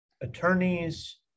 attorneys